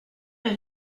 est